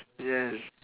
yes